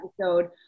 episode